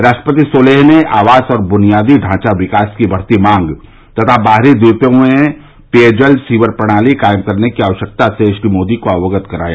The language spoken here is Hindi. राष्ट्रपति सोलेह ने आवास और बुनियादी ढांचा विकास की बढ़ती मांग तथा बाहरी द्वीपों में पेय जल और सीवर प्रणाली कायम करने की आवश्यकता से श्री मोदी को अवगत कराया